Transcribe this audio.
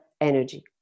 energy